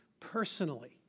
personally